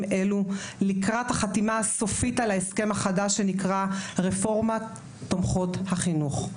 אלו לקראת החתימה הסופית על ההסכם החדש שנקרא "רפורמת תומכות החינוך".